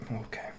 Okay